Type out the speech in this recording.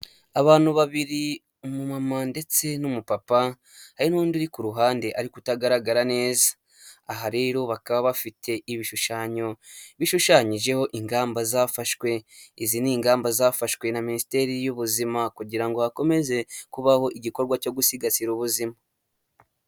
Abantu babiri umumama ndetse n'umupapa, hari n'undi uri ku ruhande ariko utagaragara neza, aha rero bakaba bafite ibishushanyo bishushanyijeho ingamba zafashwe, izi ni ingamba zafashwe na Minisiteri y'ubuzima kugira ngo hakomeze kubaho igikorwa cyo gusigasira ubuzima.